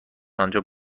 آنجا